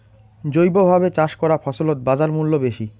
জৈবভাবে চাষ করা ফছলত বাজারমূল্য বেশি